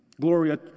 Gloria